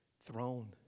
throne